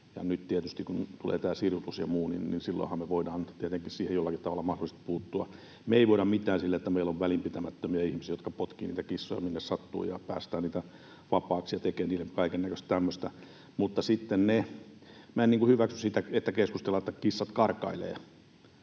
Ja nyt kun tulee tämä sirutus ja muu, niin silloinhan me voidaan siihen tietenkin jollakin tavalla mahdollisesti puuttua. Me ei voida mitään sille, että meillä on välinpitämättömiä ihmisiä, jotka potkivat kissoja minne sattuu, päästävät niitä vapaaksi ja tekevät niille kaikennäköistä tämmöistä. Minä en niin kuin hyväksy sitä, että keskustellaan, että kissat karkailevat,